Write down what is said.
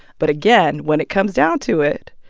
but again, when it comes down to it,